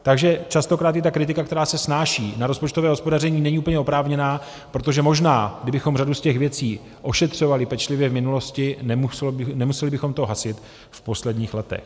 Takže častokrát ta kritika, která se snáší na rozpočtové hospodaření, není úplně oprávněná, protože možná kdybychom řadu z těch věcí ošetřovali pečlivě v minulosti, nemuseli bychom to hasit v posledních letech.